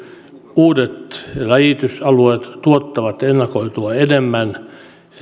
uudet läjitysalueet tuottavat ennakoitua enemmän